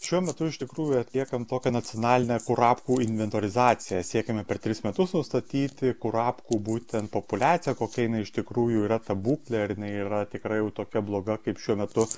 šiuo metu iš tikrųjų atliekam tokią nacionalinę kurapkų inventorizaciją siekiame per tris metus nustatyti kurapkų būtent populiaciją kokia jinai iš tikrųjų yra ta būklė ar jinai yra tikrai jau tokia bloga kaip šiuo metu